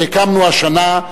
שהקמנו השנה,